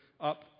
up